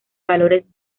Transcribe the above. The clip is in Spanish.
valores